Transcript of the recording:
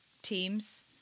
teams